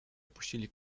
opuścili